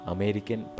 American